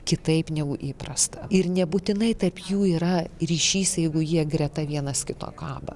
kitaip negu įprasta ir nebūtinai tarp jų yra ryšys jeigu jie greta vienas kito kaba